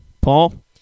Paul